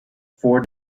four